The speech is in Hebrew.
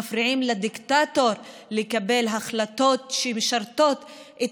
מפריעים לדיקטטור לקבל החלטות שמשרתות את